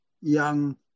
young